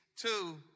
two